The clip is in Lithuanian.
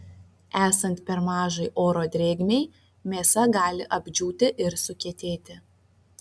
esant per mažai oro drėgmei mėsa gali apdžiūti ir sukietėti